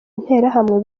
interahamwe